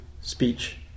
speech